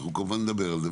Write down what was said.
אנחנו כמובן נדבר על זה.